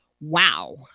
wow